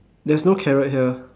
there's no carrot here